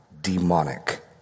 demonic